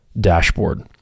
dashboard